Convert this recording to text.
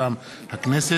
מטעם הכנסת: